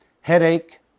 headache